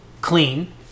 clean